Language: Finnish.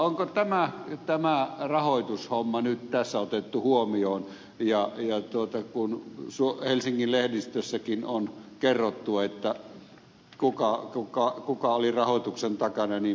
onko tämä rahoitushomma nyt tässä otettu huomioon kun helsingin lehdistössäkin on kerrottu kuka oli rahoituksen takana jnp